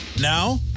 Now